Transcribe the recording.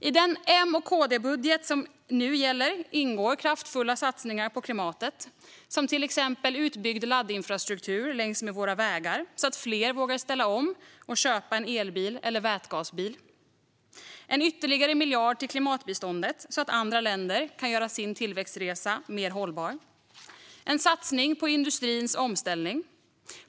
I den M och KD-budget som nu gäller ingår kraftfulla satsningar på klimatet som till exempel följande: Utbyggd laddinfrastruktur längs med våra vägar så att fler vågar ställa om och köpa en elbil eller vätgasbil. En ytterligare miljard till klimatbiståndet så att andra länder kan göra sin tillväxtresa mer hållbar. En satsning på industrins omställning.